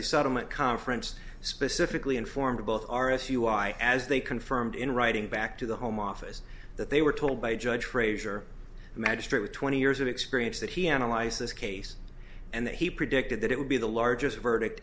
the settlement conference specifically informed about r s u i as they confirmed in writing back to the home office that they were told by judge frazier magistrate with twenty years of experience that he analyzed this case and that he predicted that it would be the largest verdict